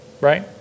right